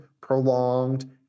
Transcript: prolonged